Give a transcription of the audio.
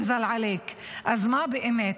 אז מה באמת?